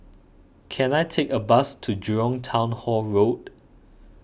can I take a bus to Jurong Town Hall Road